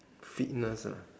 fitness ah